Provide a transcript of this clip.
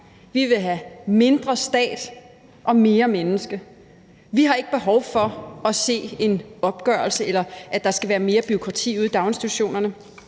Vi vil have mindre stat og mere menneske. Vi har ikke behov for at se en opgørelse, eller at der skal være mere bureaukrati ude i daginstitutionerne.